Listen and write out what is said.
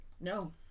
No